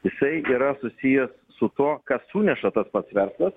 jisai yra susijęs su tuo ką suneša tas pats verslas